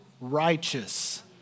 righteous